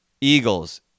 Eagles